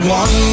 one